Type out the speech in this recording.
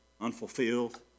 unfulfilled